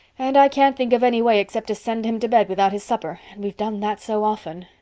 and i can't think of any way except to send him to bed without his supper and we've done that so often.